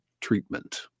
treatment